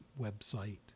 website